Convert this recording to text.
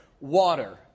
water